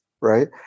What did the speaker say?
right